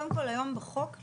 קודם כל היום בחוק,